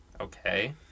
Okay